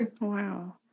Wow